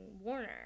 warner